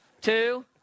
two